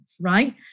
right